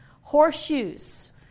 horseshoes